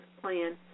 plan